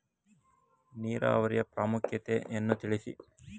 ನೀರಾವರಿಯ ಪ್ರಾಮುಖ್ಯತೆ ಯನ್ನು ತಿಳಿಸಿ?